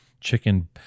Chicken